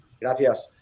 Gracias